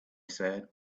said